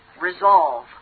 resolve